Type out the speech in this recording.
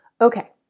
Okay